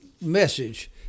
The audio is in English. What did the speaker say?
message